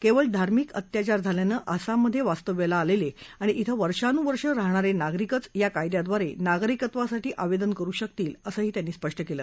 केवळ धार्मिक अत्याचार झाल्यानं आसाममधे वास्तव्याला आलेले आणि कें वर्षानुवर्षे राहणारे नागरिकच या कायद्याद्वारे नागरिकत्वासाठी आवेदन करु शकतील असं त्यांनी स्पष्ट केलं